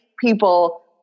people